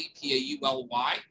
P-A-U-L-Y